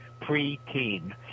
pre-teen